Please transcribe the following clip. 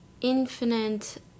infinite